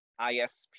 ISP